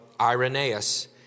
Irenaeus